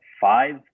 five